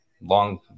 long